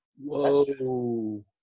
Whoa